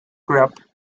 grip